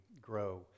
grow